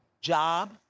Job